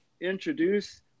introduce